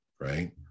right